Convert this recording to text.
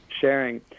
sharing